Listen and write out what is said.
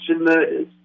murders